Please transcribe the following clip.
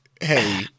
hey